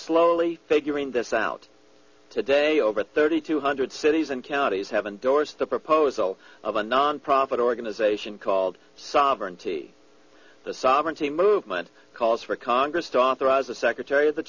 slowly figuring this out today over thirty two hundred cities and counties have endorsed the proposal of a nonprofit organization called sovereignty the sovereignty movement calls for congress to authorize the secretary of the